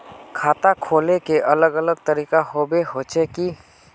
खाता खोले के अलग अलग तरीका होबे होचे की?